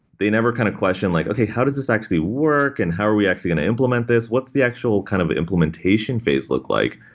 they never kind of question like, okay. how does this actually work and how are we actually going to implement this? what's the actual kind of implementation phase look like?